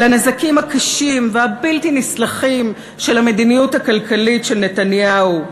על הנזקים הקשים והבלתי נסלחים של המדיניות הכלכלית של נתניהו,